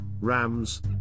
rams